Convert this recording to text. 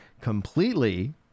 completely